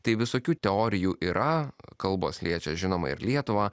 tai visokių teorijų yra kalbos liečia žinoma ir lietuvą